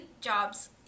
Jobs